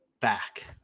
back